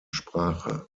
sprache